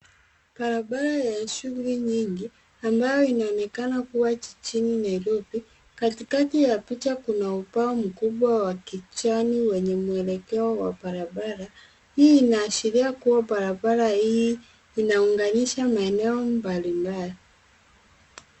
Barabara yenye shughuli nyingi ambayo inaonekana kuwa jijini Nairobi. Katikati ya picha kuna ubao mkubwa wa kijani wenye mwelekeo wa barabara. Hii inaashiria kuwa barabara hii inaunganisha maeneo mbalimbali.